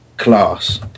class